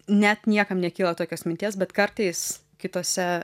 net niekam nekyla tokios minties bet kartais kitose